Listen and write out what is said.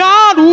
God